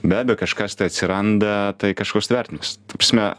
be abejo kažkas tai atsiranda tai kažkoks vertinimas ta prasme